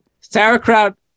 sauerkraut